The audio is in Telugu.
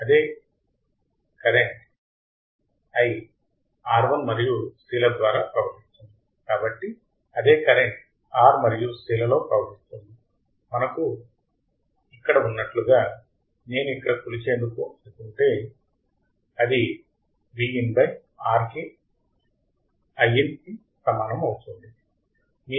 అదే కరెంట్ i1 R మరియు C ల ద్వారా ప్రవహిస్తుంది కాబట్టిఅదే కరెంట్ R మరియు C లలో ప్రవహిస్తుంది మనకు ఉన్నట్లుగా ఇక్కడ నేను ఇక్కడ కొలిచేందుకు అనుకుంటే అది Vin బై R కి Iin సమానమవుతుంది